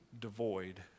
devoid